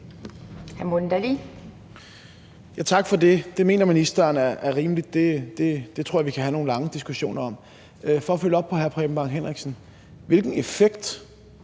Tak for det. Det mener ministeren er rimeligt; det tror jeg vi kan have nogle lange diskussioner om. For at følge op på hr. Preben Bang Henriksens spørgsmål: Hvilken effekt